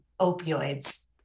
opioids